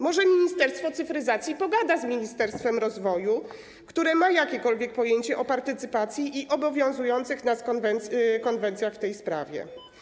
Może Ministerstwo Cyfryzacji pogada z Ministerstwem Rozwoju, które ma jakiekolwiek pojęcie o partycypacji i obowiązujących nas konwencjach w tej sprawie.